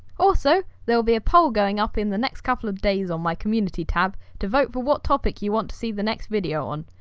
also, there'll be a poll going up in the next couple of days on my community tab to vote for what topic you want to see the next video on,